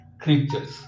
creatures